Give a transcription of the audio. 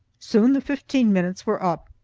soon the fifteen minutes were up,